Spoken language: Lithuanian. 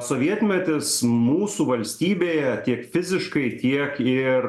sovietmetis mūsų valstybėje tiek fiziškai tiek ir